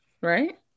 right